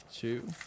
Two